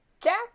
Jack